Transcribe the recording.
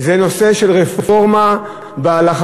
זה נושא של רפורמה בהלכה,